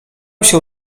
się